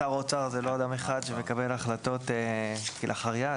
שר האוצר הוא לא אדם אחד שמקבל החלטות כלאחר יד.